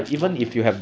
worth meh